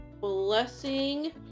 blessing